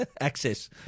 Access